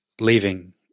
leaving